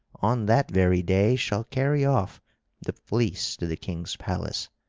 on that very day shalt carry off the fleece to the king's palace